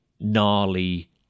gnarly